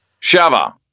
Shava